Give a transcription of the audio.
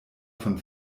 von